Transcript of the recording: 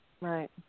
Right